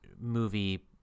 movie